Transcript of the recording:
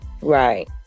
Right